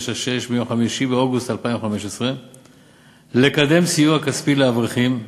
396 מיום 5 באוגוסט 2015 לקדם סיוע כספי לאברכים.